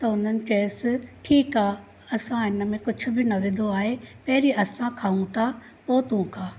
त उन्हनि चइसि ठीकु आहे असां हिन में कुझु बि न विधो आहे पहिरीं असां खाऊं त पोइ तूं खा